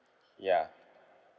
ya